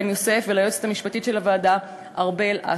למנהלת הוועדה אתי בן-יוסף וליועצת המשפטית של הוועדה ארבל אסטרחן.